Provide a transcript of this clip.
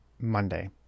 Monday